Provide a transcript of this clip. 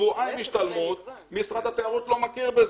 שבועיים השתלמות, משרד התיירות לא מכיר בזה.